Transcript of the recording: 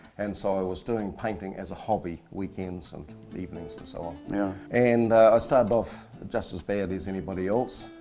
and so i was doing painting as a hobby, weekends and evenings and so on. yeah. and i started off just as bad as anyone else.